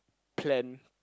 plan